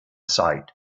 sight